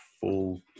full